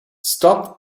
stopped